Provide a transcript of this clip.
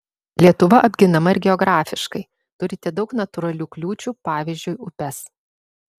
lietuva apginama ir geografiškai turite daug natūralių kliūčių pavyzdžiui upes